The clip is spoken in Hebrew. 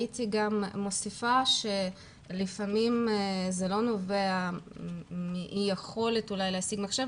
הייתי גם מוסיפה ואומרת שלפעמים זה אולי לא נובע מאי יכולת להשיג מחשב